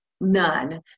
none